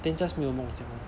then just 没有梦想